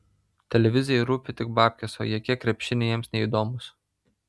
televizijai rūpi tik babkės o jokie krepšiniai jiems neįdomūs